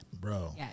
Bro